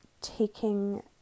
taking